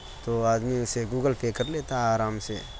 تو آدمی اس سے گوگل پے کر لیتا ہے آرام سے